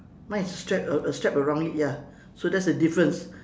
mine is strapped err err strapped around it ya so that's the difference